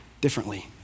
differently